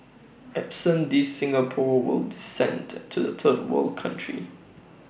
absent these Singapore will descend to A third world country